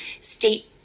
state